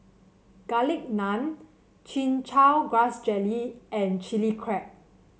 Garlic Naan Chin Chow Grass Jelly and Chili Crab